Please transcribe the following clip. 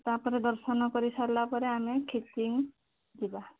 ତା'ପରେ ଦର୍ଶନ କରିସାରିଲା ପରେ ଆମେ ଖିଚିଙ୍ଗ ଯିବା